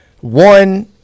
One